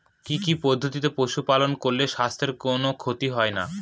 কি কি পদ্ধতিতে পশু পালন করলে স্বাস্থ্যের কোন ক্ষতি হয় না?